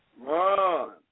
Run